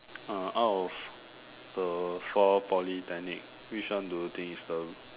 (uh)out of the four Polytechnic which one do you think is the